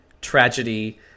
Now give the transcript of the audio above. tragedy